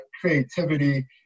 creativity